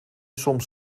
soms